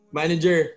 manager